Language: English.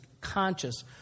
conscious